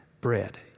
Bread